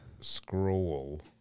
scroll